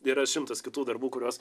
yra šimtas kitų darbų kuriuos